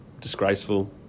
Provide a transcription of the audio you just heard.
disgraceful